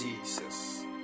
Jesus